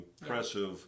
impressive